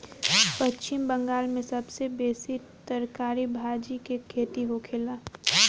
पश्चिम बंगाल में सबसे बेसी तरकारी भाजी के खेती होखेला